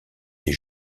des